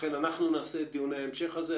לכן, אנחנו נעשה את דיוני ההמשך האלה.